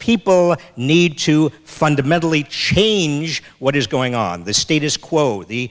people need to fundamentally change what is going on the status quo the